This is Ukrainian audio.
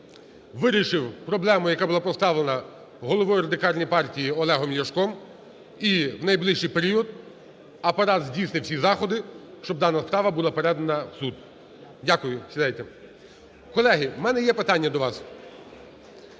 вирішив проблему, яка була поставлена головою Радикальної партії Олегом Ляшком, і в найближчий період Апарат здійснить всі заходи, щоб дана справа була передана в суд. Дякую. Сідайте. Колеги, у мене є питання до вас.